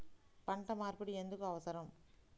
పంట మార్పిడి ఎందుకు అవసరం?